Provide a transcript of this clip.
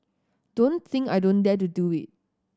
don't think I don't dare to do it